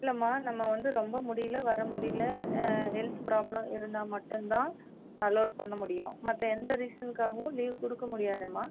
இல்லைம்மா நம்ம வந்து ரொம்ப முடியல வர முடியல ஹெல்த் ப்ராப்லம் இருந்தால் மட்டும் தான் அலோவ் பண்ண முடியும் மற்ற எந்த ரீசனுக்காகவும் லீவ் கொடுக்க முடியாதம்மா